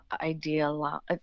ideal